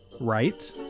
right